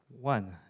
One